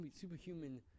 Superhuman